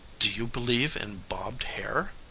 do you believe in bobbed hair?